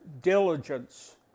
diligence